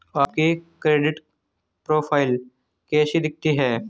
आपकी credit profile कैसी दिखती है?